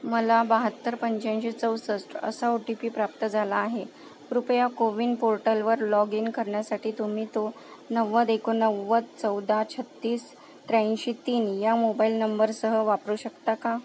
मला बहात्तर पंच्याऐंशी चौसष्ट असा ओ टी पी प्राप्त झाला आहे कृपया कोविन पोर्टलवर लॉगिन करण्यासाठी तुम्ही तो नव्वद एकोणनव्वद चौदा छत्तीस त्र्याऐंशी तीन या मोबाईल नंबरसह वापरू शकता का